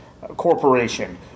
corporation